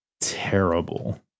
terrible